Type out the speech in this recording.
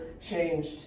changed